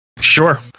Sure